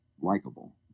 likable